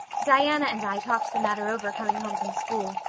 diana and i talked the matter over coming home from school.